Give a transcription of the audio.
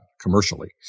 commercially